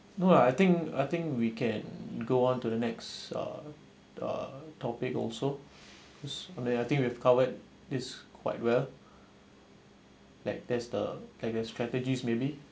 no lah I think I think we can go on to the next uh topic also okay I think we've covered this quite well like that's the like a strategies maybe